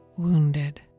wounded